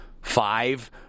five